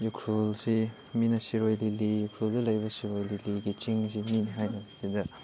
ꯎꯈ꯭ꯔꯨꯜꯁꯤ ꯃꯤꯅ ꯁꯤꯔꯣꯏ ꯂꯤꯂꯤ ꯎꯈ꯭ꯔꯨꯜꯗ ꯂꯩꯕ ꯁꯤꯔꯣꯏ ꯂꯤꯂꯤꯒꯤ ꯆꯤꯡꯁꯤ ꯃꯤꯅ ꯍꯥꯏꯅꯕꯁꯤꯗ